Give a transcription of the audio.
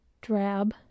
drab